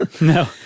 No